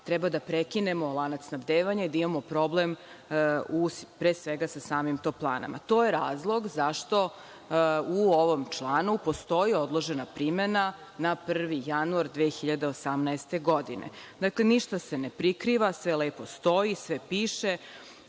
treba da prekinemo lanac snabdevanja i da imamo problem pre svega sa samim „Toplanama“. To je razlog zašto u ovom članu stoji odložena primena na 1. januar 2018. godine. Dakle, ništa se ne prikriva. Sve lepo stoji, sve lepo